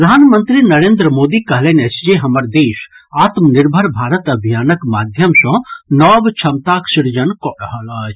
प्रधानमंत्री नरेन्द्र मोदी कहलनि अछि जे हमर देश आत्मनिर्भर भारत अभियानक माध्यम सँ नव क्षमताक सृजन कऽ रहल अछि